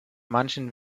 manchen